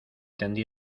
tendí